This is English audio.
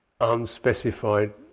unspecified